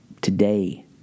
today